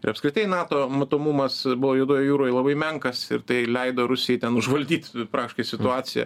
ir apskritai nato matomumas buvo juodoj jūroj labai menkas ir tai leido rusijai ten užvaldyt praktiškai situaciją